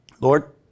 Lord